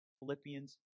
Philippians